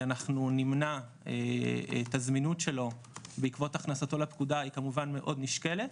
אנחנו נמנע את הזמינות שלו בעקבות הכנסתו לפקודה היא כמובן מאוד נשקלת